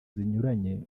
zinyuranye